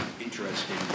interesting